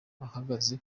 ahagaze